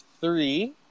three